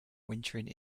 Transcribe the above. wintering